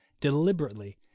deliberately